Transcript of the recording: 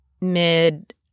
mid